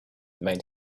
made